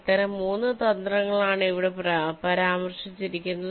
അത്തരം 3 തന്ത്രങ്ങളാണ് ഇവിടെ പരാമർശിച്ചിരിക്കുന്നത്